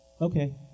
okay